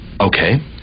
okay